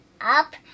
up